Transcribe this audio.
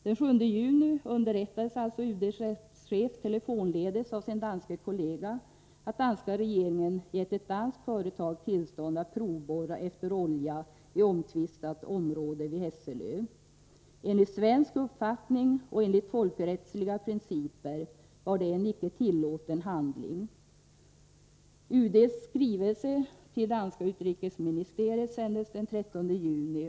Den 7 juni underrättades alltså UD:s rättschef telefonledes av sin danske kollega om att danska regeringen givit ett danskt företag tillstånd att provborra efter olja i omtvistat område vid Hesselö. Enligt svensk uppfattning och enligt folkrättsliga principer var det en icke tillåten handling. UD:s skrivelse till danska utrikesministeriet sändes den 13 juni.